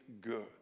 good